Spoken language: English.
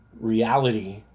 reality